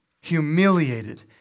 humiliated